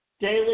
daily